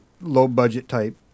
low-budget-type